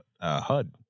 HUD